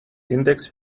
index